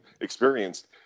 experienced